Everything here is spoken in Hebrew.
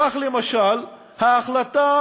כך, למשל, ההחלטה